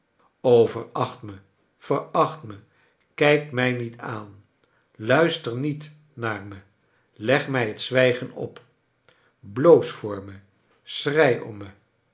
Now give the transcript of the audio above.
veracht me veracht me kijk mij niet aan luister niet naar me leg mij het zwijgen op bloos voor me